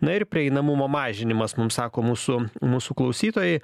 na ir prieinamumo mažinimas mums sako mūsų mūsų klausytojai